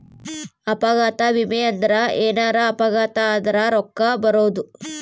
ಅಪಘಾತ ವಿಮೆ ಅಂದ್ರ ಎನಾರ ಅಪಘಾತ ಆದರ ರೂಕ್ಕ ಬರೋದು